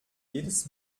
jedes